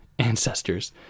ancestors